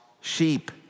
sheep